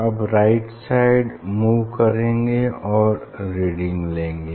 अब right side move करेंगे और रीडिंग लेंगे